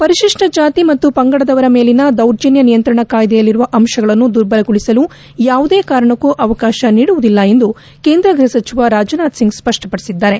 ಪರಿಶಿಷ್ಟ ಜಾತಿ ಮತ್ತು ಪಂಗಡದವರ ಮೇಲಿನ ದೌರ್ಜನ್ಯ ನಿಯಂತ್ರಣ ಕಾಯ್ದೆಯಲ್ಲಿರುವ ಅಂಶಗಳನ್ನು ದುರ್ಬಲಗೊಳಿಸಲು ಯಾವುದೇ ಕಾರಣಕ್ಕೂ ಅವಕಾಶ ನೀಡುವುದಿಲ್ಲ ಎಂದು ಕೇಂದ್ರ ಗೃಹ ಸಚಿವ ರಾಜನಾಥ್ ಸಿಂಗ್ ಸ್ಪಪ್ಟಪಡಿಸಿದ್ದಾರೆ